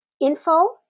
info